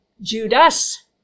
Judas